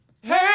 Hey